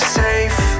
safe